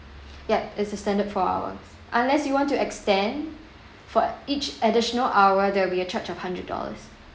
yup it's a standard four hours unless you want to extend for each additional hour there will be a charge of a hundred dollars